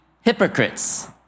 hypocrites